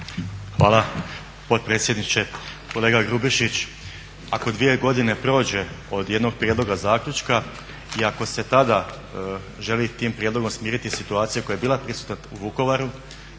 Hvala potpredsjedniče. Kolega Grubišić, ako dvije godine prođe od jednog prijedloga zaključka i ako se tada želi tim prijedlogom smiriti situacija koja je bila prisutna u Vukovaru,